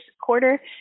quarter